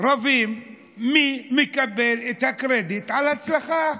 שרבים מי מקבל את הקרדיט על הצלחה: